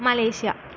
Malaysia